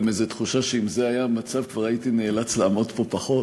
גם איזו תחושה שאם זה היה המצב כבר הייתי נאלץ לעמוד פה פחות.